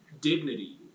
dignity